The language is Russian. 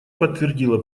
подтвердила